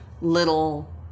little